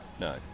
no